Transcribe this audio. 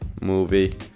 movie